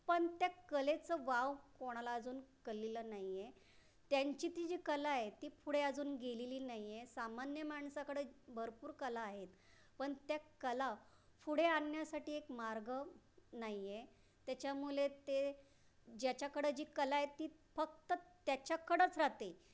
पण त्या कलेचं वाव कोणाला अजून कळलेला नाही आहे त्यांची ती जी कला आहे ती पुढे अजून गेलेली नाही आहे सामान्य माणसाकडं भरपूर कला आहेत पण त्या कला पुढे आणन्यासाठी एक मार्ग नाही आहे त्याच्यामुळे ते ज्याच्याकडं जी कला आहे ती फक्त त्याच्याकडंच राहाते